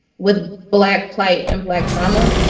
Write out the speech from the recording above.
with black plight and black trauma.